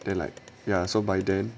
then like ya so by then